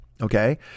okay